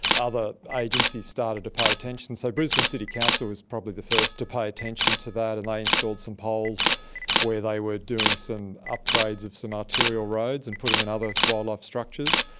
other agencies started to pay attention, so brisbane city council was probably the first to pay attention to that and they installed some poles where they were doing some upgrades of some arterial roads and putting in other wildlife structures.